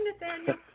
Nathaniel